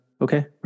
okay